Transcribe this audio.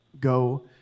Go